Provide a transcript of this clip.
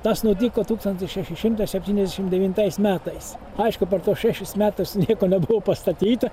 tas nutiko tūkstantis šeši šimtai septyniasdešim devintais metais aišku per tuos šešis metus nieko nebuvo pastatyta